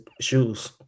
shoes